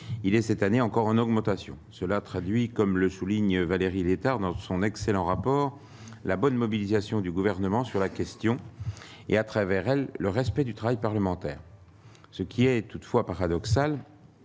il est cette année encore en augmentation, cela traduit, comme le souligne Valérie Létard dans son excellent rapport la bonne mobilisation du gouvernement sur la question et à travers elle le respect du travail parlementaire, ce qui est toutefois paradoxal,